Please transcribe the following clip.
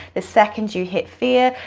the second you hit fear.